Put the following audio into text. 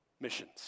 Missions